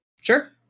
Sure